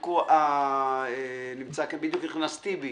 לכאן טיבי